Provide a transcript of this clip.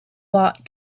bought